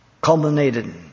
Culminated